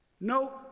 No